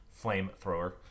flamethrower